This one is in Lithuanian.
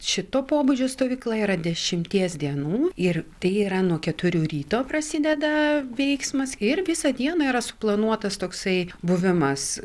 šito pobūdžio stovykla yra dešimties dienų ir tai yra nuo keturių ryto prasideda veiksmas ir visą dieną yra suplanuotas toksai buvimas